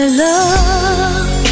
love